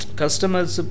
customers